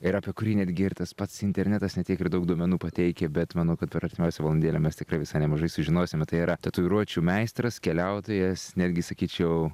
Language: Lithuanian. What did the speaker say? ir apie kurį netgi ir tas pats internetas ne tiek ir daug duomenų pateikia bet manau kad per artimiausią valandėlę mes tikrai visai nemažai sužinosime tai yra tatuiruočių meistras keliautojas netgi sakyčiau